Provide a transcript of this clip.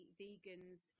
vegans